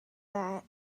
that